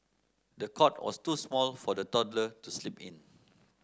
the cot was too small for the toddler to sleep in